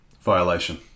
Violation